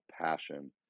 passion